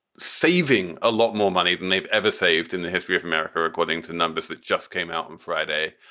saving a lot more money than they've ever saved in the history of america, according to numbers that just came out on friday.